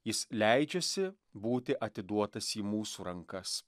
jis leidžiasi būti atiduotas į mūsų rankas